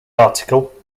article